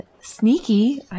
sneaky